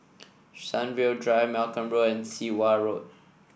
Sunview Drive Malcolm Road and Sit Wah Road